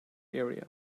area